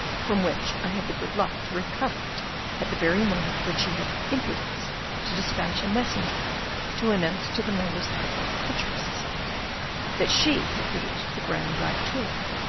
from which i had the good luck to recover it at the very moment when she had the impudence to despatch a messenger to announce to the members of the horticultural society that she had produced the grand black tulip.